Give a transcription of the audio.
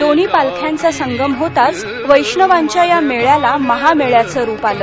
दोन्ही पालख्यांचा संगम होताच वैष्णवांच्या या मेळ्याला महा मेळ्याचं रूप आलं